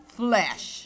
flesh